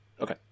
okay